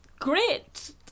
Great